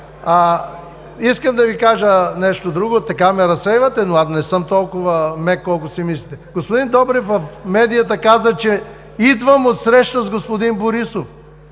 Искам да Ви кажа нещо друго. Така ме разсейвате, но аз не съм толкова мек, колкото си мислите. Господин Добрев в медията каза, че „идвам от среща с господин Борисов“.